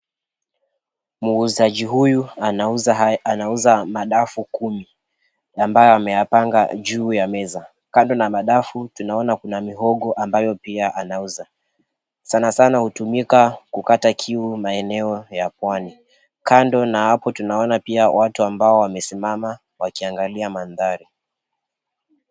Muuzaji huyu anauza madafu kumi ambayo ameyapanga juu ya meza. Kando na madafu tunaona kuna mihogo ambayo pia anauza. Sana sana hutumika kukata kiu maeneo ya Pwani. Kando na hapo tunaona pia watu ambao wamesimama wakiangalia maanthari.